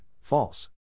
false